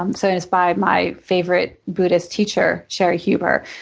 um so and it's by my favorite buddhist teacher, cheri huber.